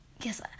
Yes